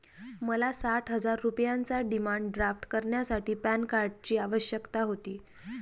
मला साठ हजार रुपयांचा डिमांड ड्राफ्ट करण्यासाठी पॅन कार्डची आवश्यकता होती